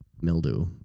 mildew